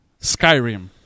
Skyrim